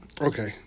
Okay